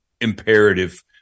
imperative